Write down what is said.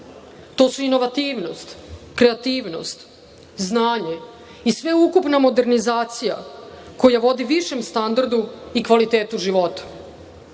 To su inovativnost, kreativnost, znanje i sve ukupna modernizacija koja vodi višem standardu i kvalitetu života. Do